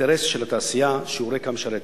אינטרס של התעשייה ש"יוריקה" משרתת.